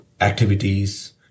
activities